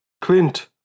Clint